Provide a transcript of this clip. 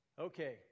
okay